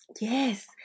Yes